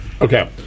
Okay